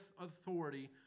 authority